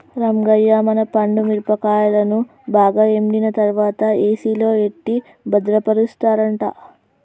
రంగయ్య మన పండు మిరపకాయలను బాగా ఎండిన తర్వాత ఏసిలో ఎట్టి భద్రపరుస్తారట